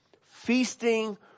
Feasting